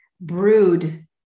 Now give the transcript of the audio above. brood